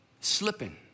slipping